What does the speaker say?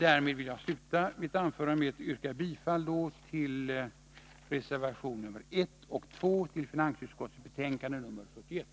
Jag vill avsluta mitt anförande med att yrka bifall till reservationerna 1 och 2 vid finansutskottets betänkande 41.